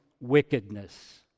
wickedness